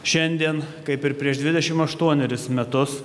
šiandien kaip ir prieš dvidešim aštuoneris metus